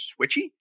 switchy